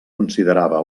considerava